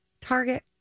Target